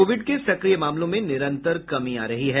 Covid के सक्रिय मामलों में निरन्तर कमी आ रही है